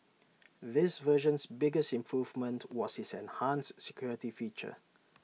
this version's biggest improvement was its enhanced security feature